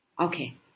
Okay